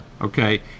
okay